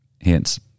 hence